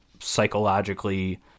psychologically